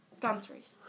countries